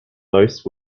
most